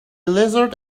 lizards